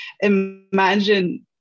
imagine